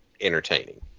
entertaining